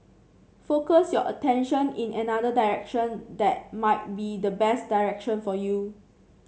focus your attention in another direction that might be the best direction for you